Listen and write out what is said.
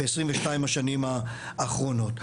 ב-22 השנים האחרונות.